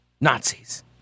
Nazis